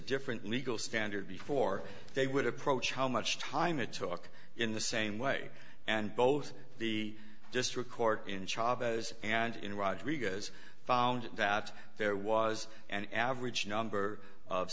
different legal standard before they would approach how much time it took in the same way and both the district court in chavez and in roger regas found that there was an average number of